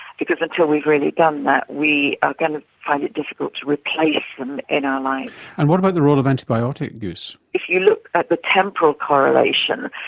because until we've really done that we are going to find it difficult to replace them in our life. and what about the role of antibiotic use? if you look at the temporal correlation,